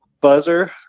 buzzer